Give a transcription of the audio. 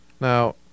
Now